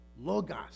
Logos